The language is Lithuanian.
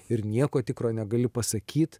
ir nieko tikro negali pasakyt